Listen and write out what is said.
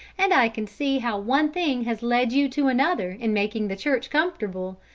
and i can see how one thing has led you to another in making the church comfortable.